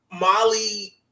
Molly